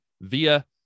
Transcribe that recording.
via